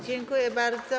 Dziękuję bardzo.